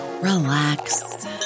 relax